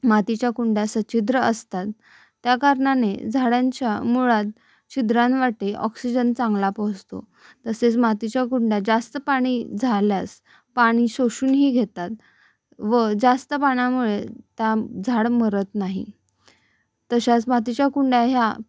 मातीच्या कुंड्या सच्छिद्र असतात त्या कारणाने झाडांच्या मुळात छिद्रांवाटे ऑक्सिजन चांगला पोहोचतो तसेच मातीच्या कुंड्या जास्त पाणी झाल्यास पाणी शोषूनही घेतात व जास्त पाण्यामुळे त्या झाड मरत नाही तशाच मातीच्या कुंड्या ह्या